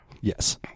Yes